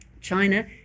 China